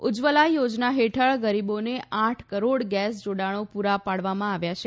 ઉજ્જવલાં યોજના હેઠળ ગરીબોને આઠ કરોડ ગેસ જોડાણો પૂરા પાડવામાં આવ્યા છે